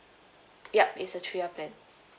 ya it's a three year plan